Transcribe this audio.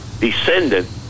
descendant